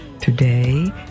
today